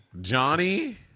Johnny